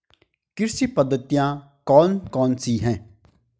कृषि पद्धतियाँ कौन कौन सी हैं?